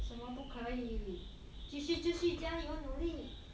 什么不可以继续继续加油努力